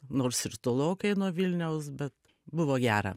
nors ir tolokai nuo vilniaus bet buvo gera